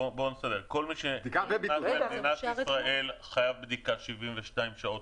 כל מי שנכנס למדינת ישראל חייב בדיקה 72 שעות